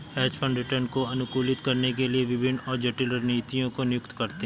hedge fund return को अनुकूलित करने के लिए विभिन्न और जटिल रणनीतियों को नियुक्त करते हैं